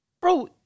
bro